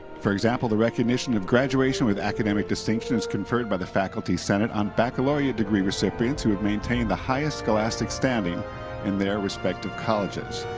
for example, recognition of graduation with academic distinction is conferred by the faculty senate on baccalaureate degree recipients, who have maintained the highest scholastic standing in their respective colleges.